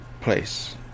place